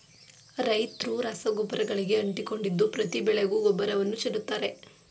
ರೈತ್ರು ರಸಗೊಬ್ಬರಗಳಿಗೆ ಅಂಟಿಕೊಂಡಿದ್ದು ಪ್ರತಿ ಬೆಳೆಗೂ ಗೊಬ್ಬರವನ್ನು ಚೆಲ್ಲುತ್ತಾರೆ